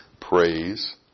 praise